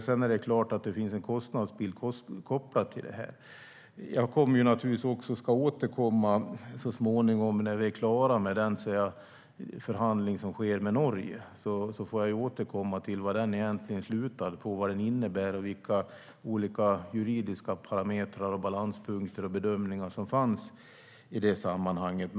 Sedan är det klart att det finns en kostnadsbit kopplad till det här. Jag ska återkomma så småningom när vi är klara med den förhandling som sker med Norge. Då får jag återkomma till vad den innebär och vilka olika juridiska parametrar och balanspunkter och bedömningar som fanns i det sammanhanget.